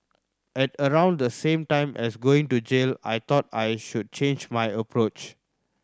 at around the same time as going to jail I thought I should change my approach